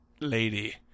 lady